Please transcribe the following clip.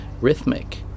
rhythmic